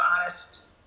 honest